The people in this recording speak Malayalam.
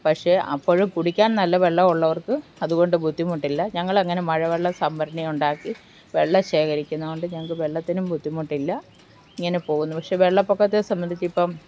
പക്ഷെ അപ്പോഴും കുടിക്കാൻ നല്ല വെള്ളമോ ഉള്ളവർക്ക് അതുകൊണ്ട് ബുദ്ധിമുട്ടില്ല ഞങ്ങൾ അങ്ങനെ മഴ വെള്ള സംഭരണി ഉണ്ടാക്കി വെള്ളം ശേഖരിക്കുന്നതു കൊണ്ട് ഞങ്ങൾക്കു വെള്ളത്തിനും ബുദ്ധിമുട്ടില്ല ഇങ്ങനെ പോകുന്നു പക്ഷെ വെള്ളപൊക്കത്തെ സംബന്ധിച്ച് ഇപ്പം